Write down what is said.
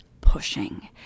pushing